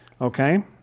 Okay